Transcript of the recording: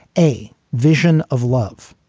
a vision of love.